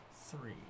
three